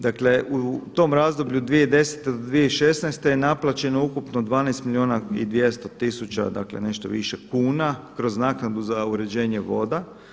Dakle u tom razdoblju 2010. do 2016. je naplaćeno ukupno 12 milijuna i 200 tisuća dakle nešto više kuna kroz naknadu za uređenje voda.